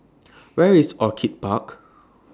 Where IS Orchid Park